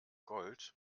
gold